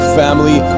family